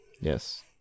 Yes